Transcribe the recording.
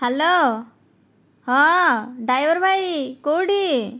hello ହଁ driver ଭାଇ କେଉଁଠି